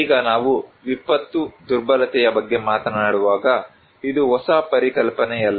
ಈಗ ನಾವು ವಿಪತ್ತು ದುರ್ಬಲತೆಯ ಬಗ್ಗೆ ಮಾತನಾಡುವಾಗ ಇದು ಹೊಸ ಪರಿಕಲ್ಪನೆಯಲ್ಲ